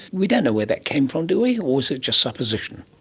we don't know where that came from do we, or is it just supposition?